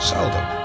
Seldom